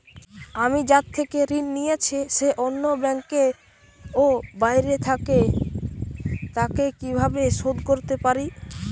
আমি যার থেকে ঋণ নিয়েছে সে অন্য ব্যাংকে ও বাইরে থাকে, তাকে কীভাবে শোধ করতে পারি?